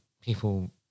people